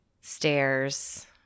stairs